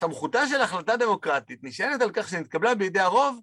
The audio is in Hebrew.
תמכותה של החלטה דמוקרטית נשענת על כך שנתקבלה בידי הרוב